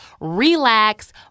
relax